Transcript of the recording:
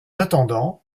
attendant